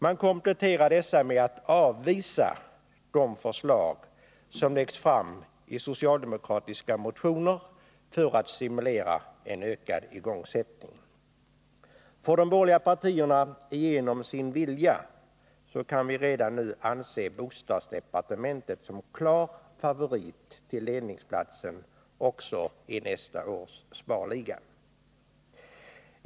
Man kompletterar dessa med att avvisa de förslag som läggs fram i socialdemokratiska motioner för att stimulera en ökad igångsättning. Får de borgerliga partierna igenom sin vilja, så kan vi redan nu anse bostadsdepartementet som klar favorit till ledarplatsen också i nästa års sparliga.